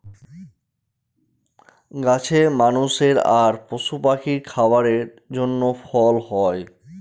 গাছে মানুষের আর পশু পাখির খাবারের জন্য ফল হয়